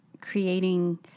creating